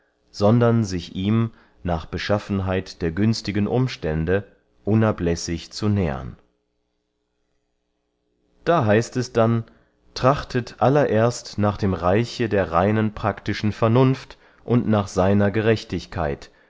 sondern sich ihm nach beschaffenheit der günstigen umstände unabläßig zu nähern da heißt es denn trachtet allererst nach dem reiche der reinen praktischen vernunft und nach seiner gerechtigkeit